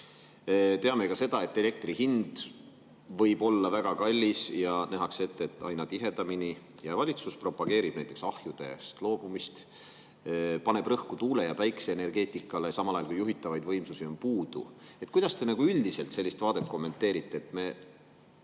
Teame ka seda, et elektri hind võib olla väga kallis ja nähakse ette, et [seda juhtub] aina tihedamini. Valitsus aga propageerib näiteks ahjudest loobumist, paneb rõhku tuule- ja päikeseenergeetikale, samal ajal kui juhitavaid võimsusi on puudu. Kuidas te üldiselt sellist vaadet kommenteerite, et me